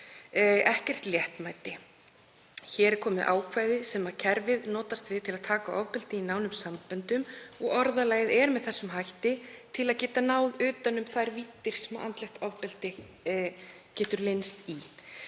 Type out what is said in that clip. ekkert léttmeti. Hér er komið ákvæði sem kerfið notast við til að taka á ofbeldi í nánum samböndum og orðalagið er með þessum hætti til að geta náð utan um þær víddir sem andlegt ofbeldi getur leynst í.